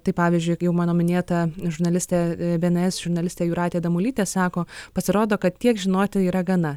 tai pavyzdžiui jau mano minėta žurnalistė bns žurnalistė jūratė damulytė sako pasirodo kad tiek žinoti yra gana